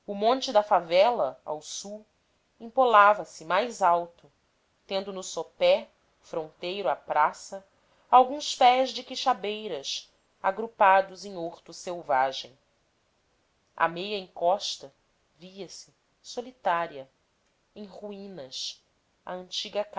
monte da favela ao sul empolava se mais alto tendo no sopé fronteiro à praça alguns pés de quixabeiras agrupados em horto selvagem à meia encosta via-se solitária em ruínas a antiga